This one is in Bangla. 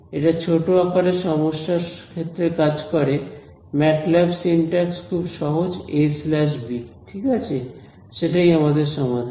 এটা ছোট আকারের সমস্যার ক্ষেত্রে কাজ করে ম্যাটল্যাব সিনট্যাক্স খুব সহজ এ স্ল্যাশ বি ঠিক আছে সেটাই আমাদের সমাধান